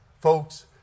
Folks